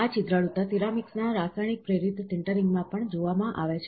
આ છિદ્રાળુતા સિરામિક્સના રાસાયણિક પ્રેરિત સિન્ટરિંગમાં પણ જોવા મળે છે